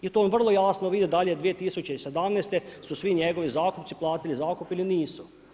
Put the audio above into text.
I to on vrlo jasno vidi, da li 2017. su svi njegovi zakupci platili zakup ili nisu.